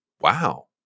wow